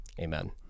amen